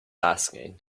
asking